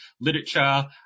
literature